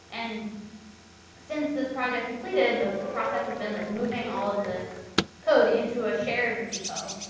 and since this project completed, the process has been like moving all of this code into a shared repo.